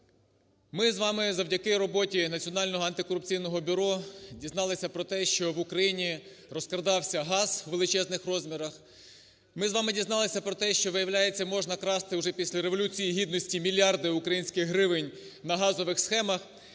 Ми з вами завдяки роботі Національного антикорупційного бюро дізналися про те, що в Україні розкрадався газ у величезних розмірах, ми з вами дізналися про те, що виявляється, можна красти вже після Революції Гідності мільярди українських гривень на газових схемах.